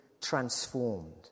transformed